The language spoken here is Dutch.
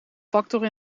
factor